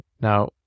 Now